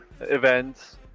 events